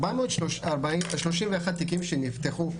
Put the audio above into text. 431 תיקים שנפתחו,